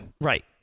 Right